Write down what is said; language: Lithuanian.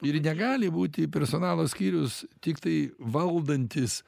ir negali būti personalo skyrius tiktai valdantis